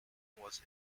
was